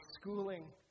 schooling